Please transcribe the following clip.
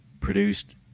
produced